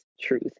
Truth